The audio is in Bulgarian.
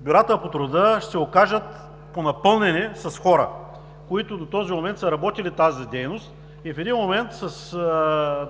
бюрата по труда ще се окажат понапълнени с хора, които до този момент са работили тази дейност и в един момент с